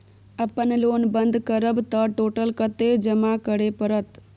अपन लोन बंद करब त टोटल कत्ते जमा करे परत?